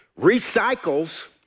recycles